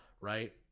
Right